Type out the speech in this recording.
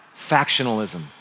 factionalism